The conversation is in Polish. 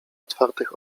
otwartych